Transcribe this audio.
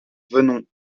venons